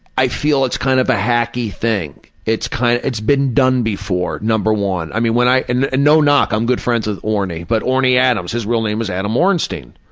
i feel it's kind of hacky thing. it's kind of it's been done before, number one. i mean, when i and no knock, i'm good friends with orny but orny adams his real name is adam orenstein.